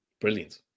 brilliant